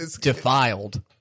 Defiled